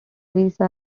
teresa